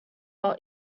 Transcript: while